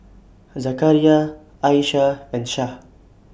Zakaria Aishah and Syah